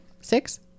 Six